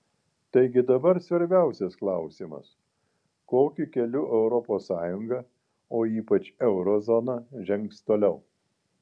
taigi dabar svarbiausias klausimas kokiu keliu europos sąjunga o ypač euro zona žengs toliau